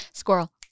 Squirrel